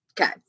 Okay